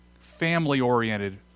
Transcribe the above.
family-oriented